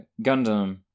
Gundam